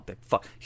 fuck